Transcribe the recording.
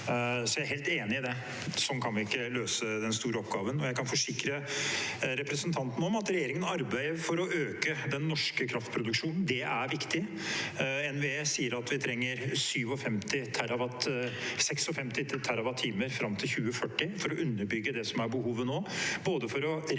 Jeg er helt enig i det; sånn kan vi ikke løse den store oppgaven. Jeg kan forsikre representanten om at regjeringen arbeider for å øke den norske kraftproduksjonen. Det er viktig. NVE sier at vi trenger 56 TWh fram til 2040 for å underbygge det som er behovet nå, både for å realisere